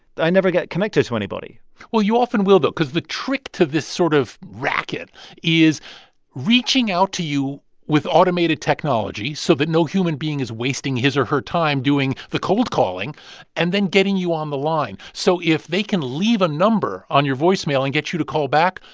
i never get connected to anybody well, you often will, though, cause the trick to this sort of racket is reaching out to you with automated technology so that no human being is wasting his or her time doing the cold calling and then getting you on the line. so if they can leave a number on your voicemail and get you to call back,